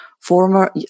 former